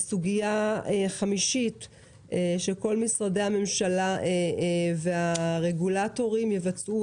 5. שכל משרדי הממשלה והרגולטורים יבצעו